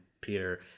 Peter